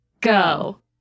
go